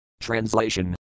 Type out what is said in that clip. Translation